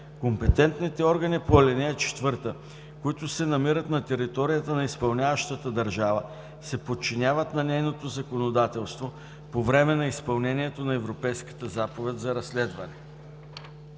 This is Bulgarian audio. Компетентните органи по ал. 4, които се намират на територията на изпълняващата държава, се подчиняват на нейното законодателство по време на изпълнението на Европейската заповед за разследване.“